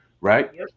right